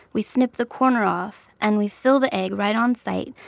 we snip the corner off and we fill the egg right on site.